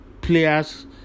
players